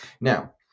Now